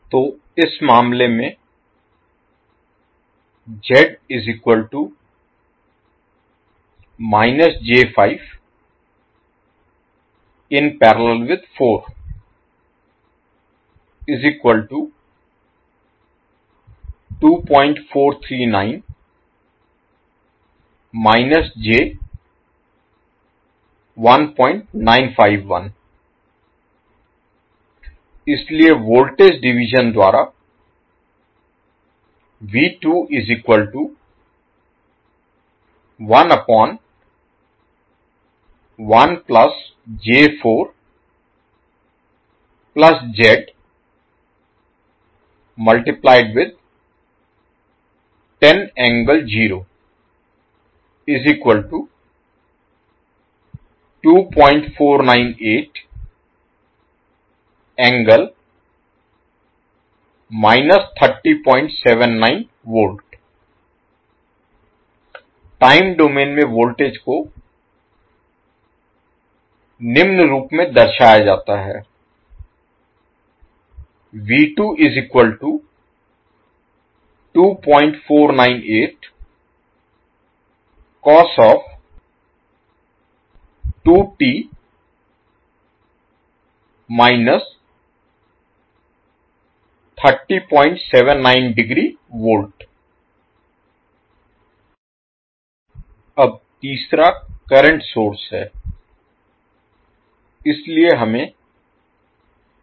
तो इस मामले में इसलिए वोल्टेज डिवीजन द्वारा टाइम डोमेन में वोल्टेज को निम्न रूप में दर्शाया जाता है अब तीसरा करंट सोर्स है